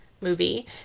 movie